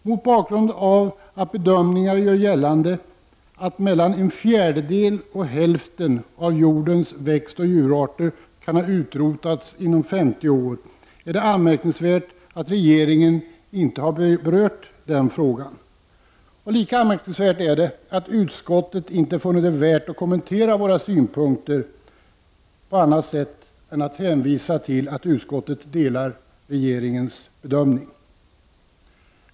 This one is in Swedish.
Mot bakgrund av att bedömningar gör gäl lande att mellan en fjärdedel och hälften av jordens växtoch djurarter kan ha utrotats inom 50 år, är det anmärkningsvärt att regeringen inte har berört den frågan. Lika anmärkningsvärt är det att utskottet inte funnit det värt att kommentera våra synpunkter på annat sätt än att hänvisa till att utskottet delar regeringens bedömning.